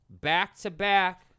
Back-to-back